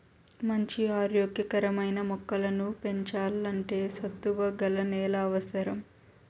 మంచి ఆరోగ్య కరమైన మొక్కలను పెంచల్లంటే సత్తువ గల నేల అవసరం